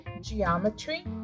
geometry